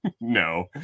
No